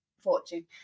fortune